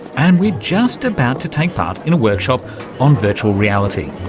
and we're just about to take part in a workshop on virtual reality.